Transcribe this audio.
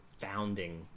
founding